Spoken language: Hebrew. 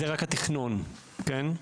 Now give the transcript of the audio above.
זה רק התכנון, כן?